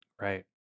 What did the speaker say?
right